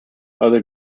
other